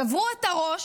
שברו את הראש,